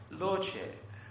lordship